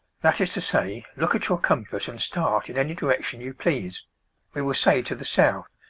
that is to say, look at your compass and start in any direction you please we will say to the south,